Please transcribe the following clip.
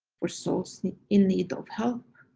for souls in need of help.